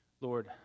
Lord